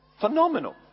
Phenomenal